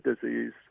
disease